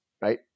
right